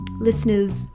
listeners